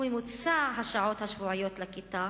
וממוצע השעות השבועיות לכיתה.